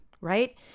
Right